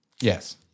Yes